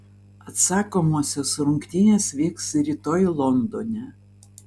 atsakomosios rungtynės vyks rytoj londone